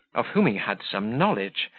of whom he had some knowledge,